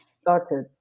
started